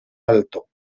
alto